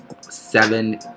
seven